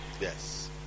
Yes